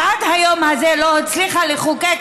שעד היום הזה לא הצליחה לחוקק,